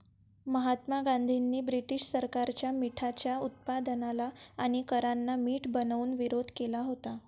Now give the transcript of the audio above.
महात्मा गांधींनी ब्रिटीश सरकारच्या मिठाच्या उत्पादनाला आणि करांना मीठ बनवून विरोध केला होता